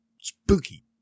spooky